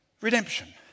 Redemption